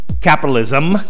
capitalism